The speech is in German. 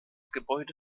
gebäude